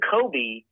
Kobe